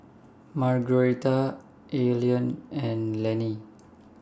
Margueritta Eileen and Lannie